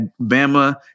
Bama